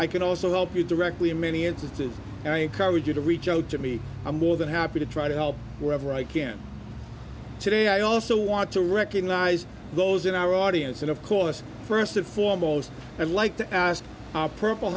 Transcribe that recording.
i can also help you directly in many instances and i encourage you to reach out to me i'm more than happy to try to help wherever i can today i also want to recognize those in our audience and of course first and foremost